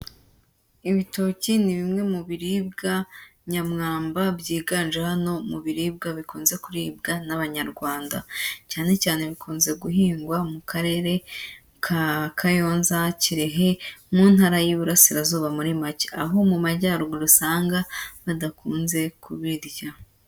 Ibitoki ni bimwe mu biribwa nyamwamba byiganje hano mu biribwa bikunze kuribwa n'Abanyarwanda, cyane cyane bikunze guhingwa mu Karere ka Kayonza, Kirehe mu Ntara y'Iburasirazuba muri make. Aho mu Majyaruguru usanga badakunze kubirya.